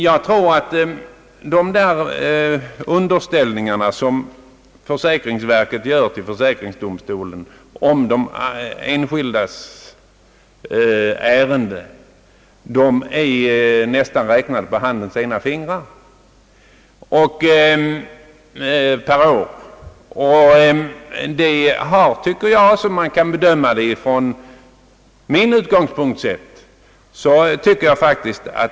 Jag tror att de enskilda ärenden, som försäkringsverket per år underställer försäkringsdomstolen, nästan kan räknas på ena handens fingrar. Detta är otillfredsställande.